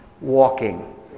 walking